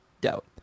Doubt